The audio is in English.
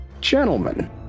Gentlemen